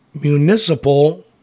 municipal